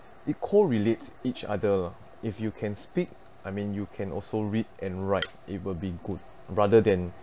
it correlates each other lah if you can speak I mean you can also read and write it will be good rather than